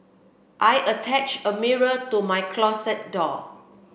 I attached a mirror to my closet door